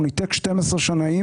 הוא ניתק 12 שנאים,